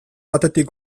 batetik